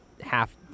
half-